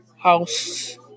house